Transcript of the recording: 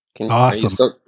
Awesome